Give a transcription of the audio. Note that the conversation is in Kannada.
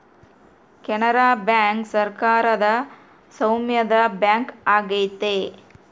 ಕೆನರಾ ಬ್ಯಾಂಕ್ ಸರಕಾರದ ಸಾಮ್ಯದ ಬ್ಯಾಂಕ್ ಆಗೈತೆ